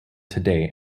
today